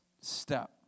step